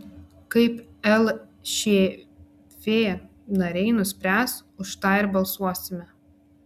kaip lšf nariai nuspręs už tą ir balsuosime